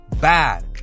bad